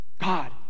God